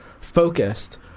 focused